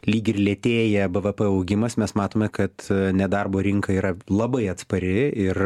lyg ir lėtėja bvp augimas mes matome kad ne darbo rinka yra labai atspari ir